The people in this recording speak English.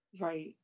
Right